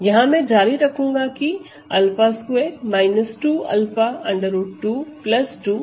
यहां में जारी रखूंगा कि 𝛂2 2 𝛂 √2 2 3 के